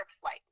flight